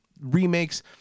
remakes